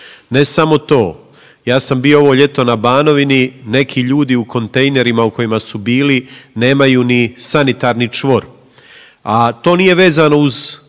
Ne samo to, ja sam bio ovo ljeto na Banovini neki ljudi u kontejnerima u kojima su bili nemaju ni sanitarni čvor. A to nije vezano uz